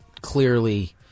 clearly